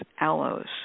aloes